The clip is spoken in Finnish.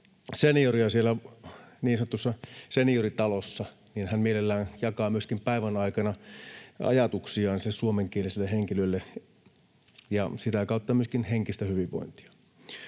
senioria siellä niin sanotussa senioritalossa, niin hän mielellään jakaa myöskin päivän aikana ajatuksiaan sille suomenkieliselle henkilölle ja sitä kautta saa myöskin henkistä hyvinvointia.